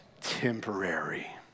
temporary